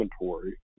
inventory